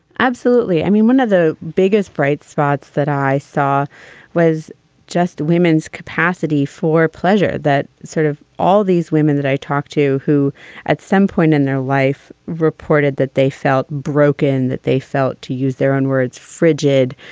absolutely. i mean, one of the biggest bright spots that i saw was just the women's capacity for pleasure, that sort of all these women that i talked to who at some point in their life reported that they felt broken, that they felt to use their own words frigid,